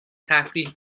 تفریح